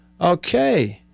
Okay